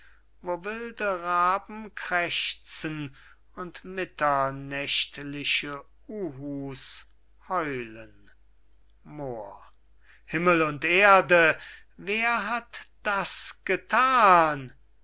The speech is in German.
wilde raben krächzen und mitternächtliche uhu's heulen moor himmel und erde wer hat das gethan